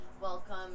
welcome